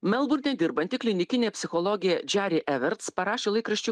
melburne dirbanti klinikinė psichologė džari everts parašė laikraščiui